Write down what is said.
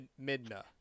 Midna